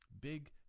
Big